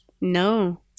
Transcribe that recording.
No